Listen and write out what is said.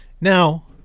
Now